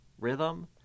rhythm